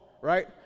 right